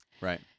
Right